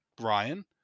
Ryan